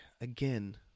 again